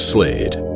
Slade